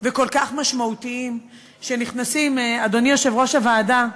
וכל כך משמעותיים, אדוני יושב-ראש הוועדה,